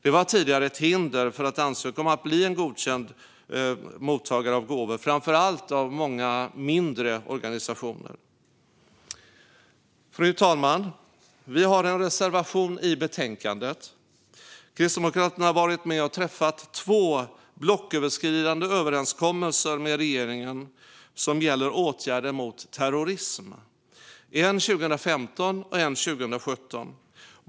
Det var tidigare ett hinder för att ansöka om att bli en godkänd mottagare av gåvor, framför allt för många mindre organisationer. Fru talman! Vi har en reservation i betänkandet. Kristdemokraterna har varit med och träffat två blocköverskridande överenskommelser med regeringen som gäller åtgärder mot terrorism, en 2015 och en 2017.